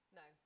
no